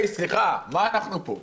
היי, סליחה, מה אנחנו פה.